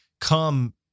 come